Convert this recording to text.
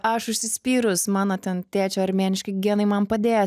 aš užsispyrus mano ten tėčio armėniški genai man padės